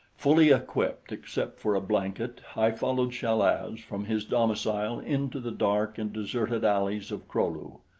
fully equipped, except for a blanket, i followed chal-az from his domicile into the dark and deserted alleys of kro-lu.